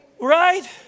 Right